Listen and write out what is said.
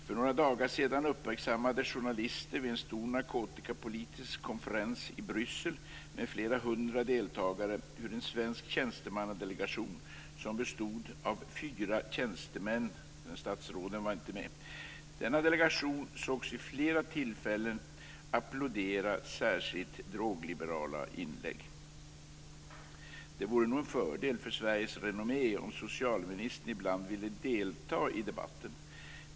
För några dagar sedan uppmärksammade journalister vid en stor narkotikapolitisk konferens i Bryssel med flera hundra deltagare en svensk tjänstemannadelegation som bestod av fyra tjänstemän. Statsråden var inte med. Delegationen sågs vid flera tillfällen applådera särskilt drogliberala inlägg. Det vore nog en fördel för Sveriges renommé om socialministern ibland ville delta i debatten.